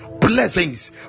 blessings